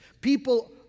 People